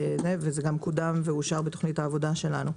וזה גם קודם ואושר בתוכנית העבודה שלנו.